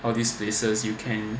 all these places you can